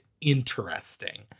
interesting